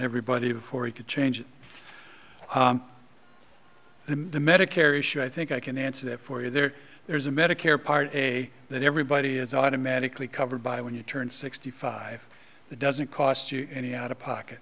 everybody before he could change the medicare issue i think i can answer that for you there there's a medicare part a that everybody is automatically covered by when you turn sixty five the doesn't cost you any out of pocket